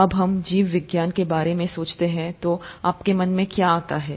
जब आप जीवविज्ञान के बारे में सोचते हैं तो आपके मन में क्या आता है